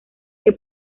que